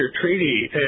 treaty